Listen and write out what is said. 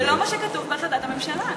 זה לא מה שכתוב בהחלטת הממשלה.